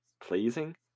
pleasing